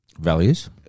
values